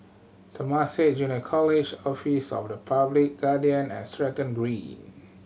Temasek Junior College Office of the Public Guardian and Stratton Green